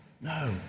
No